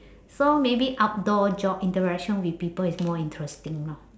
so maybe outdoor job interaction with people is more interesting lor